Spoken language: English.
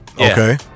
Okay